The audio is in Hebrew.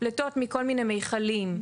פליטות מכל מיני מיכלים,